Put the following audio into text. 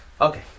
Okay